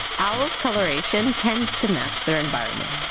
owls' coloration tend to match their environment.